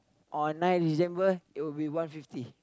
on nine December it will be one fifty